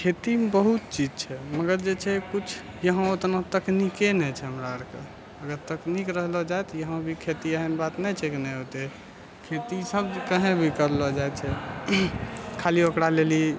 खेतीमे बहुत चीज छै मगर जे छै किछु यहाँ ओतना तकनीके नहि छै हमरा आरके अगर तकनीक रहलो जाय तऽ यहाँ भी खेती एहन बात नहि छै कि नहि होतै खेती सब कही भी करलो जाइत छै खाली ओकरा लेल ई